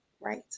right